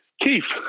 Keith